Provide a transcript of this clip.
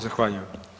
Zahvaljujem.